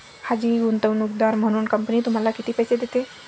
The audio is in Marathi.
खाजगी गुंतवणूकदार म्हणून कंपनी तुम्हाला किती पैसे देते?